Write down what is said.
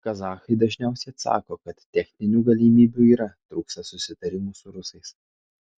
kazachai dažniausiai atsako kad techninių galimybių yra trūksta susitarimų su rusais